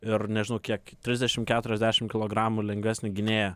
ir nežinau kiek trisdešim keturiasdešim kilogramų lengvesnį gynėją